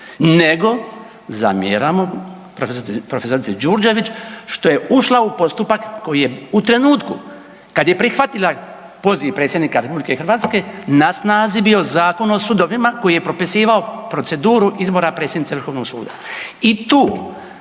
nego zamjeramo prof. Đuđrević što je ušla u postupak koji je u trenutku kad je prihvatila poziv Predsjednika RH, na snazi bio Zakon o sudovima koji je propisivao proceduru izbora predsjednice Vrhovnog suda.